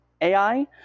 AI